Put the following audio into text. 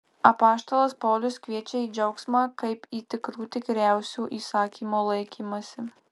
apaštalas paulius kviečia į džiaugsmą kaip į tikrų tikriausio įsakymo laikymąsi